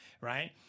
right